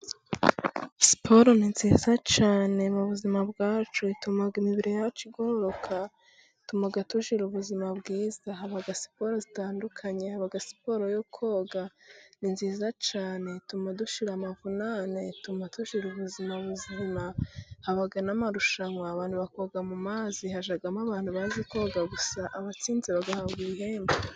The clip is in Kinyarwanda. Siporo ni nziza cyane mu buzima bwacu, ituma imibiri yacu igororoka, ituma tugira ubuzima bwiza, haba siporo zitandukanye, haba siporo yo koga, ni nziza cyane, ituma dushira amavunane, ituma tugira ubuzima buzima, haba n'amarushanwa, abantu bakoga mu mazi hajyamo abantu bazi koga gusa, abatsinze bagahabwa ibihembo.